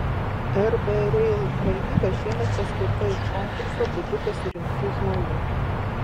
rb rail valdyba šiemet paskirta iš konkurso būdu pasirinktų žmonių